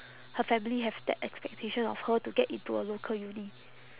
her family have that expectation of her to get into a local uni